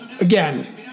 again